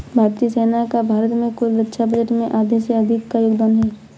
भारतीय सेना का भारत के कुल रक्षा बजट में आधे से अधिक का योगदान है